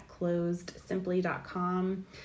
closedsimply.com